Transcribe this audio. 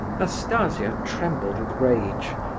nastasia trembled with rage,